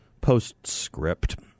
postscript